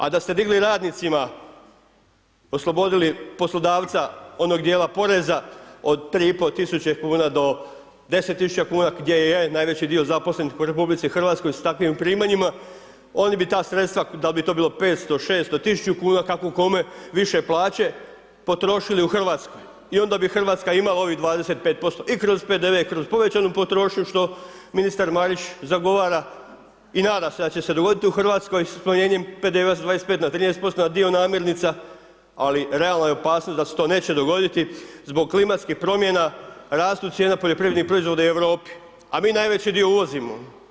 A da ste digli radnicima, oslobodili poslodavca onog djela poreza od 3500 kuna do 10000 gdje je najveći dio zaposlen u RH sa takvim primanjima, oni bi ta sredstva, dal' bi to bilo 500, 600, 1000 kako kome, više plaće, potrošili i Hrvatskoj i onda bi Hrvatska imala ovih 25% i kroz PDV i kroz povećanu potrošnju što ministar Marić zagovara i nada se da će se dogoditi u Hrvatskoj sa smanjenjem PDV-a sa 25 na 13%, na dio namirnica ali realna je opasnost da se to neće dogoditi, zbog klimatskih promjena, rastu cijene poljoprivrednih proizvoda u Europi a mi najveći dio uvozimo.